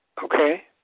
Okay